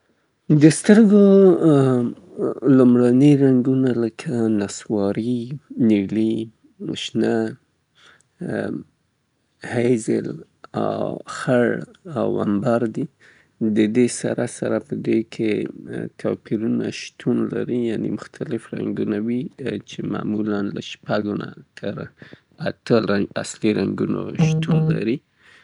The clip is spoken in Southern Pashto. د سترګو رنګ، مختلف رنګونه شتون لري په شمول د نصواري، نیلي، شنه، خیزل ، خړ او همران، د دې سره سره بدلونونه په نصواري رنګ کې واقع کیدای سي لکه طلایي رنګ. نو ټول شاوخوا، تر شپږو نه اتو رنګونو پورې وجود لري.